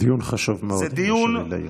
דיון חשוב מאוד, אם יורשה לי להעיר.